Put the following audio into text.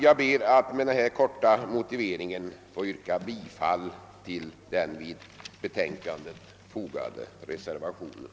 Jag ber att med denna korta motivering få yrka bifall till den vid betänkandet fogade reservationen.